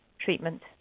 treatment